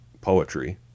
poetry